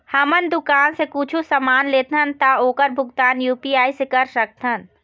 हमन दुकान से कुछू समान लेथन ता ओकर भुगतान यू.पी.आई से कर सकथन?